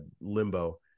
limbo